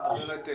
זאת אומרת,